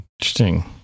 interesting